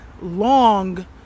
long